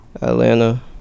Atlanta